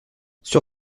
sur